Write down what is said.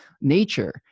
nature